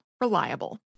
Reliable